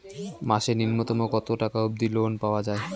মাসে নূন্যতম কতো টাকা অব্দি লোন পাওয়া যায়?